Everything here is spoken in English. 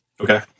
Okay